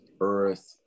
earth